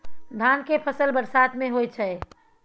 धान के फसल बरसात में होय छै?